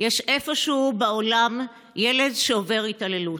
יש איפשהו בעולם ילד שעובר התעללות.